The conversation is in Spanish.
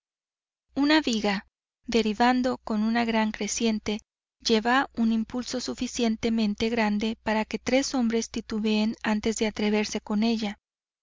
una viga derivando con una gran creciente lleva un impulso suficientemente grande para que tres hombres titubeen antes de atreverse con ella